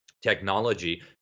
technology